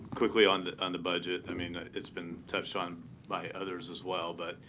quickly on the on the budget. i mean, it's been touched on by others, as well, but